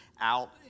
out